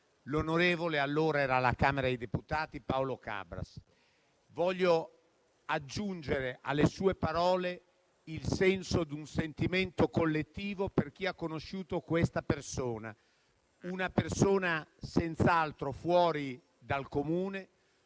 l'onorevole (allora era alla Camera dei deputati) Paolo Cabras, voglio aggiungere alle sue parole il senso di un sentimento collettivo per chi ha conosciuto questa persona. Una persona senz'altro fuori dal comune,